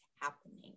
happening